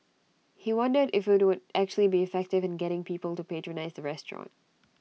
he wondered if IT would actually be effective in getting people to patronise the restaurant